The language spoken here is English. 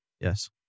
Yes